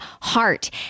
heart